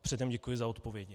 Předem děkuji za odpovědi.